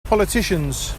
politicians